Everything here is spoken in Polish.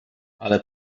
ale